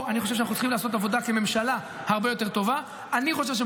אני חושב שפה אנחנו כממשלה צריכים לעשות עבודה הרבה יותר טובה.